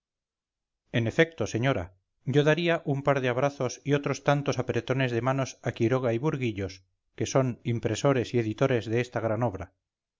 en efecto señora yo daría un par de abrazos y otros tantos apretones de manos a quiroga y burguillos que son impresores y editores de esta gran obra